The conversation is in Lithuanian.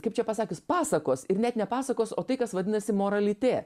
kaip čia pasakius pasakos ir net ne pasakos o tai kas vadinasi moralitė